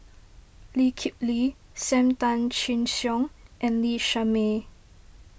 Lee Kip Lee Sam Tan Chin Siong and Lee Shermay